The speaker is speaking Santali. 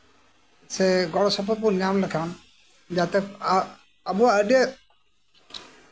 ᱥᱮ ᱜᱚᱲᱚᱥᱚᱯᱚᱦᱚᱫ ᱵᱚᱱ ᱧᱟᱢ ᱞᱮᱠᱷᱟᱱ ᱡᱟᱛᱮ ᱟᱵᱚᱣᱟᱜ ᱟᱹᱰᱤ ᱟᱸᱴ